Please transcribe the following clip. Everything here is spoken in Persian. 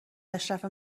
اشرف